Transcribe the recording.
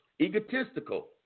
egotistical